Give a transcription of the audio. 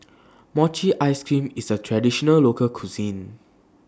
Mochi Ice Cream IS A Traditional Local Cuisine